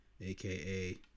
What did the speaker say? aka